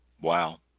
Wow